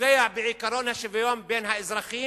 שפוגע בעקרון השוויון בין האזרחים,